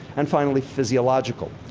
and finally, physiological.